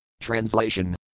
Translation